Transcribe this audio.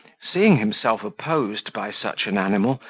seeing himself opposed by such an animal,